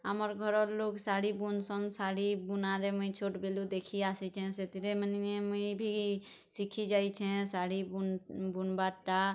ଆମର ଘର ର ଲୋକ ଶାଢ଼ି ବୁନସନ୍ ଶାଢ଼ ବୁନାରେ ମୁଇଁ ଛୋଟ ବେଲୁ ଦେଖି ଆସିଚେ ସେଥିରେ ମାନେ ମୁଇଁ ବି ଶିଖି ଯାଇଛେଁ ଶାଢ଼ି ବୁନ୍ବାରଟା